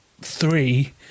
three